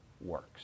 works